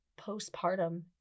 postpartum